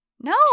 no